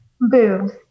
Boo